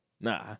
nah